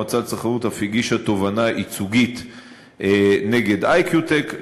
המועצה לצרכנות אף הגישה תובענה ייצוגית נגד "אי.קיו.טק".